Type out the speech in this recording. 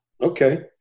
Okay